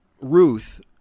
Ruth